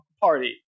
party